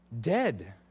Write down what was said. dead